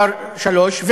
שלושה,